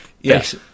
Yes